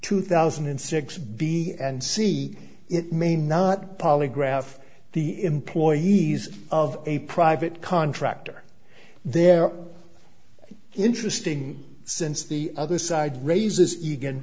two thousand and six b and c it may not polygraph the employees of a private contractor they're interesting since the other side raises